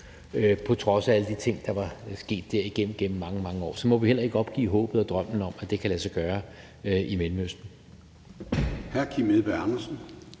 på trods af alle de ting, der igennem mange, mange år er sket der, så må vi jo heller ikke opgivet håbet og drømmen om, at det kan lade sig gøre i Mellemøsten.